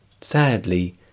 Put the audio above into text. Sadly